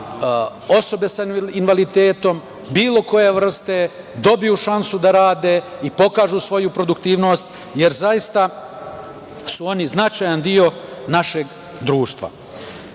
osobe sa invaliditetom, bilo koje vrste, dobiju šansu da rade i pokažu svoju produktivnost, jer su oni značajan deo našeg društva. Grad